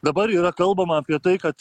dabar yra kalbama apie tai kad